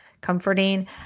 comforting